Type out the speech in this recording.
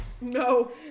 no